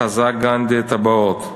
חזה גנדי את הבאות.